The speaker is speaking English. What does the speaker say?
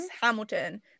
Hamilton